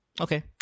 Okay